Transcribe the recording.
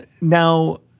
Now